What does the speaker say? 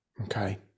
Okay